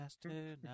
tonight